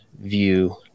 view